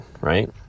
right